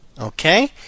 Okay